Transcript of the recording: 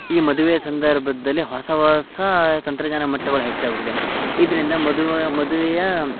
ಈ ಮದುವೆಯ ಸಂದರ್ಭದಲ್ಲಿ ಹೊಸ ಹೊಸ ತಂತ್ರಜ್ಞಾನ ಮಟ್ಟಗಳು ಹೆಚ್ಚಾಗುತ್ತಿದೆ ಇದರಿಂದ ಮದುವೆ ಮದುವೆಯ